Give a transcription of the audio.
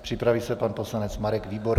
Připraví se pan poslanec Marek Výborný.